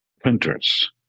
printers